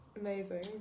Amazing